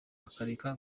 akareka